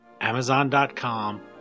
Amazon.com